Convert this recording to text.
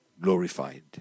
glorified